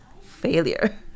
failure